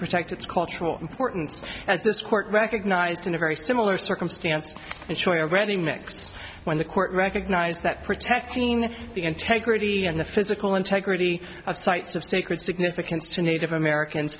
protect its cultural importance as this court recognized in a very similar circumstance and choice of ready mix when the court recognized that protecting the integrity and the physical integrity of sites of sacred significance to native americans